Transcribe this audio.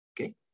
okay